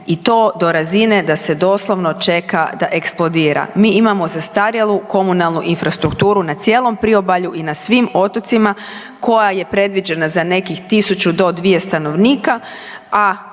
i to do razine da se doslovno čeka da eksplodira. Mi imamo zastarjelu komunalnu infrastrukturu na cijelom Priobalju i na svim otocima koja je predviđena za nekih 1000 do 2 stanovnika,